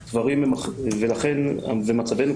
ומצבנו,